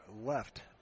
left